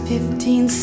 Fifteen